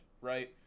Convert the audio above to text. right